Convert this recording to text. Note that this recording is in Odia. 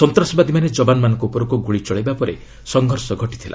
ସନ୍ତାସବାଦୀମାନେ ଯବାନମାନଙ୍କ ଉପରକୁ ଗୁଳି ଚଳାଇବା ପରେ ସଂଘର୍ଷ ଘଟିଥିଲା